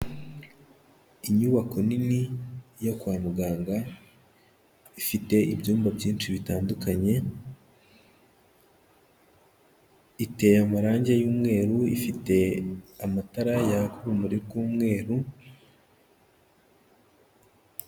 Inyubako nini yo kwa muganga ifite ibyumba byinshi bitandukanye, iteye amarange y'umweru, ifite amatara yaka urumuri rw'umweru,..